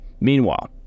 Meanwhile